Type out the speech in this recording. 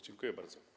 Dziękuję bardzo.